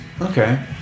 Okay